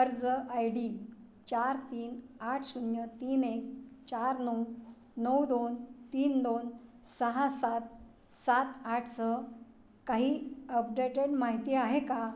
अर्ज I D चार तीन आठ शून्य तीन एक चार नऊ नऊ दोन तीन दोन सहा सात सात आठ सह काही अपडेटेड माहिती आहे का